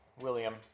William